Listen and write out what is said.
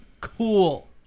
Cool